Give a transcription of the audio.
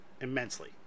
immensely